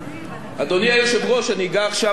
אני אגע עכשיו בנושא הדיבידנדים הכלואים.